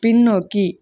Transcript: பின்னோக்கி